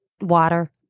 Water